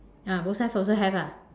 ya both sides also have ah